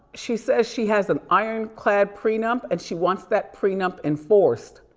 she says she has an ironclad prenup and she wants that prenup enforced,